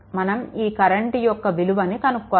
మనం ఈ కరెంట్ యొక్క విలువని కనుక్కోవాలి